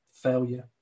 failure